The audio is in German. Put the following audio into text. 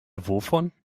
wovon